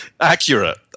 Accurate